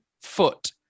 foot